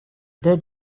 dead